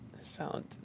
Sound